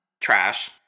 Trash